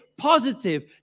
positive